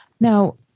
Now